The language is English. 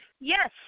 Yes